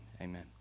Amen